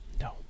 no